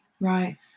right